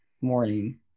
morning